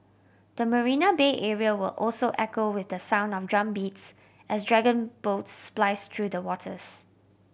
the Marina Bay area will also echo with the sound of drumbeats as dragon boats splice through the waters